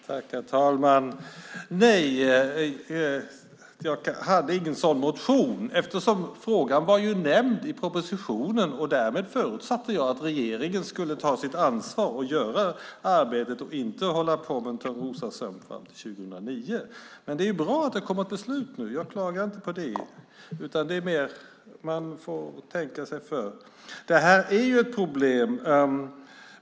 Herr talman! Nej, jag hade ingen sådan motion eftersom frågan ju var nämnd i propositionen, och därmed förutsatte jag att regeringen skulle ta sitt ansvar och göra arbetet och inte hålla på med en törnrosasömn fram till 2009. Men det är bra att det kommer ett beslut nu; jag klagar inte på det, utan det är mer att man får tänka sig för. Det här är ett problem.